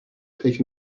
take